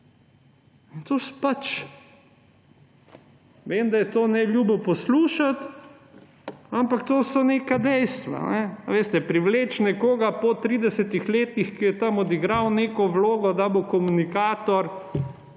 njim. Vem, da je to neljubo poslušati, ampak to so neka dejstva. Privleči nekoga po 30 letih, ki je tam odigral neko vlogo, da bo komunikator